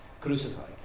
crucified